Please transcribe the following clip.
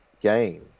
game